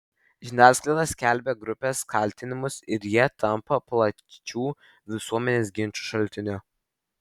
žiniasklaida skelbia grupės kaltinimus ir jie tampa plačių visuomenės ginčų šaltiniu